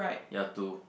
ya two